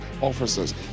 officers